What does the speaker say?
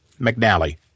McNally